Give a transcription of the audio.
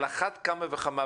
על אחת כמה וכמה,